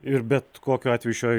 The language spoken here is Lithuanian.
ir bet kokiu atveju šioj